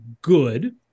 good